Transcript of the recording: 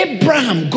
Abraham